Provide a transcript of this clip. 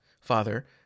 Father